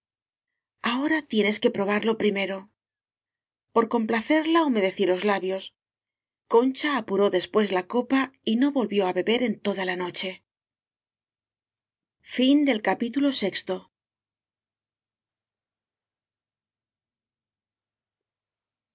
ahora tienes que probarlo el primero por complacerla humedecí los labios con cha apuró después la copa y no volvió á be ber en toda la noche